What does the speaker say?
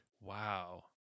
Wow